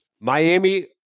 Miami